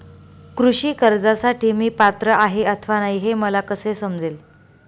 कृषी कर्जासाठी मी पात्र आहे अथवा नाही, हे मला कसे समजेल?